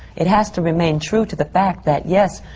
it has to remain true to the fact that, yes,